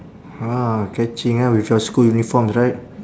ah catching ah with your school uniforms right